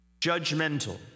judgmental